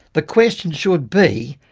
the question should be,